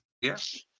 Yes